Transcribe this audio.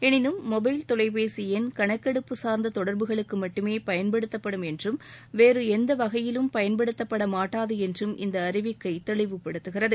எளினும் மொபைல் தொலைபேசி எண் கணக்கெடுப்பு சார்ந்த தொடர்புகளுக்கு மட்டுமே பயன்படுத்தப்படும் என்றும் வேறு எந்த வகையிலும் பயன்படுத்தப்பட மாட்டாது என்றும் இந்த அறிவிக்கை தெளிவுபடுத்துகிறது